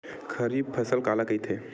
खरीफ फसल काला कहिथे?